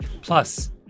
Plus